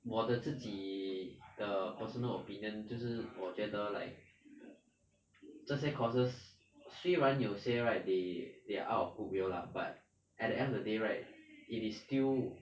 我的自己的 personal opinion 就是我觉得 like 这些 courses 虽然有些 right they they're out of goodwill lah but at the end of the day right it is still